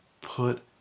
put